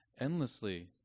endlessly